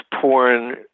porn